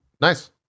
Nice